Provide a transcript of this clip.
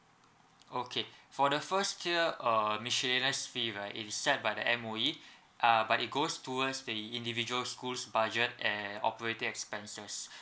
okay for the first tier uh miscellaneous fees right it is set by the M_O_E uh but it goes towards the individual schools budget and operating expenses